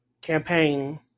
campaign